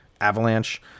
Avalanche